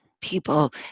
People